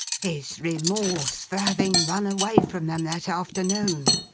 his remorse for having run away from them that afternoon!